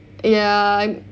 ya